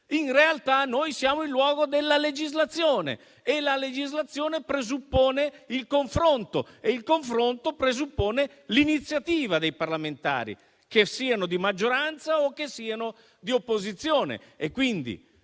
In realtà, noi siamo nel luogo della legislazione e la legislazione presuppone il confronto e il confronto presuppone l’iniziativa dei parlamentari, che siano di maggioranza o di opposizione.